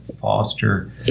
foster